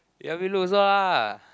help me look also ah